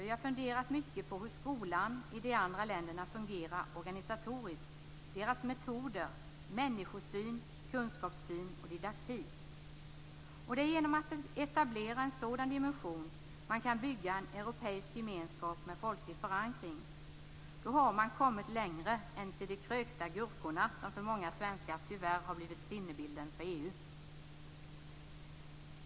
Vi har funderat mycket på hur skolan i de andra länderna fungerar organisatoriskt - deras metoder, människosyn, kunskapssyn och didaktik. Det är genom att etablera en sådan dimension som man kan bygga en europeisk gemenskap med folklig förankring. Då har man kommit längre än till de krökta gurkorna som för många svenskar tyvärr har blivit sinnebilden för EU.